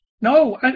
no